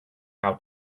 how